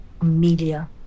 Amelia